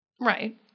Right